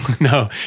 No